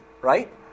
right